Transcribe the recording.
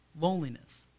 Loneliness